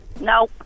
No